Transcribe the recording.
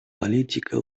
политика